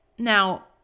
Now